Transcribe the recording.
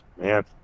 man